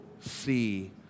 see